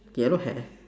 yellow hair